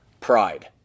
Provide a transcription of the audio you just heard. pride